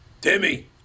Timmy